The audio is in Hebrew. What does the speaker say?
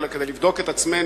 אלא כדי לבדוק את עצמנו.